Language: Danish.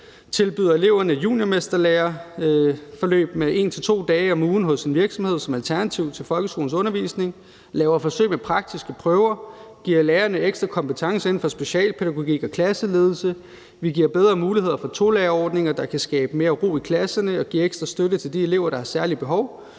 tilbyder eleverne juniormesterlæreforløb med 1-2 dage om ugen hos en virksomhed som alternativ til folkeskolens undervisning. Vi laver forsøg med praktiske prøver og giver lærerne ekstra kompetencer inden for specialpædagogik og klasseledelse. Vi giver bedre muligheder for tolærerordninger, der kan skabe mere ro i klasserne og give ekstra støtte til de elever, der har særlige behov.